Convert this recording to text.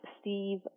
Steve